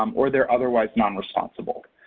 um or they're otherwise nonresponsible.